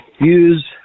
use